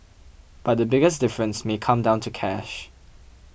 but the biggest difference may come down to cash